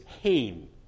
Hain